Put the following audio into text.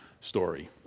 story